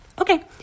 Okay